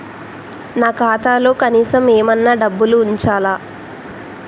నా ఖాతాలో కనీసం ఏమన్నా డబ్బులు ఉంచాలా?